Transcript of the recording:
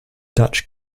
dutch